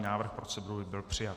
Návrh procedury byl přijat.